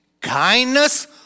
kindness